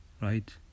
right